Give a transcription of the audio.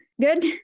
Good